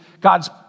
God's